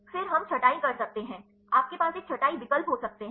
फिर हम छँटाई कर सकते हैं आपके पास एक छँटाई विकल्प हो सकते हैं